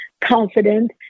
confident